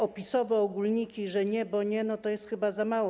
Opisowe ogólniki, że nie, bo nie, to jest chyba za mało.